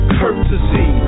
courtesy